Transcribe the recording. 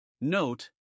Note